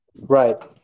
right